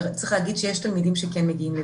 דווקא אני חושבת שממה שאנחנו מתרשמים כרגע,